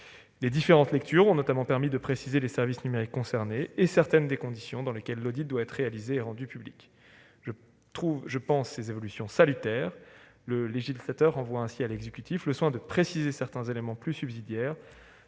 Les différentes lectures ont notamment permis de préciser les services numériques concernés et certaines des conditions dans lesquelles l'audit doit être réalisé et rendu public. Ces évolutions sont salutaires. Le législateur renvoie à l'exécutif le soin de préciser certains éléments plus subsidiaires.